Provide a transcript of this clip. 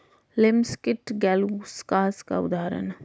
लिमस कीट मौलुसकास का उदाहरण है